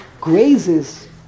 grazes